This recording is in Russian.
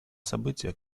события